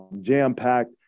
jam-packed